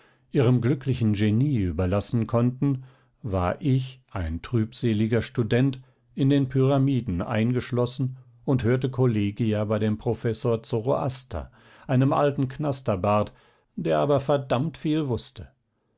ihrem glücklichen genie überlassen konnten war ich ein trübseliger student in den pyramiden eingeschlossen und hörte kollegia bei dem professor zoroaster einem alten knasterbart der aber verdammt viel wußte